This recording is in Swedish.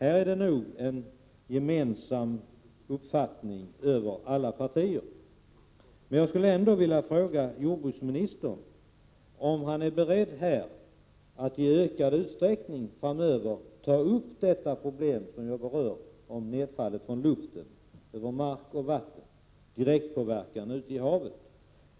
På den punkten har vi nog samma uppfattning över partigränserna. Jag skulle emellertid vilja fråga jordbruksministern om han är beredd att i ökad utsträckning ta upp problemet med nedfallet över mark och vatten och dess direktpåverkan på havet.